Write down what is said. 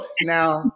Now